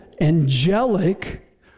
angelic